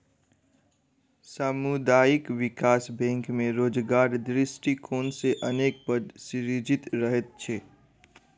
सामुदायिक विकास बैंक मे रोजगारक दृष्टिकोण सॅ अनेक पद सृजित रहैत छै